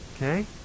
Okay